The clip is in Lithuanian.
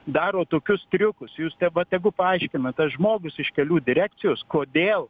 daro tokius triukus jūs te va tegu paaiškina tas žmogus iš kelių direkcijos kodėl